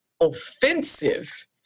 offensive